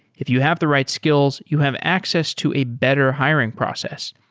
if you have the right skills, you have access to a better hiring process.